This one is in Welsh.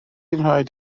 raid